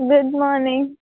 good morning